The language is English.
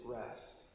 rest